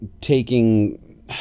taking